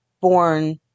born